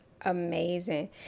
amazing